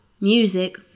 music